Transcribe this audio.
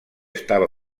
estava